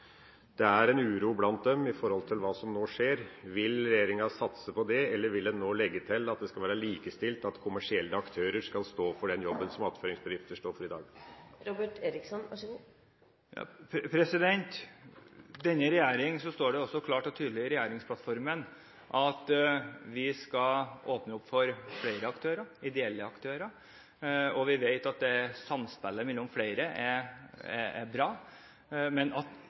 Det er en uro blant dem for hva som nå skjer. Vil regjeringa satse på disse, eller vil en nå legge til at dette skal være likestilt, at kommersielle aktører skal stå for den jobben som attføringsbedrifter står for i dag? For denne regjeringen står det klart og tydelig i regjeringsplattformen at vi skal åpne opp for flere aktører og ideelle aktører. Vi vet at samspillet mellom flere er bra, men